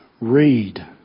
read